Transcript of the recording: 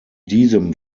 diesem